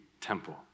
temple